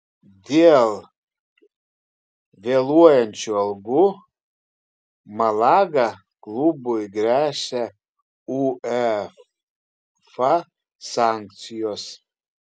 dėl vėluojančių algų malaga klubui gresia uefa sankcijos